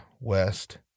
west